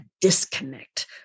disconnect